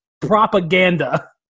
propaganda